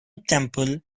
temple